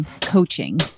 coaching